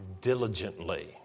diligently